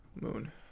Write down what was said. Moon